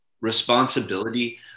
responsibility